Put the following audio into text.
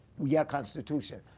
we are a constitution.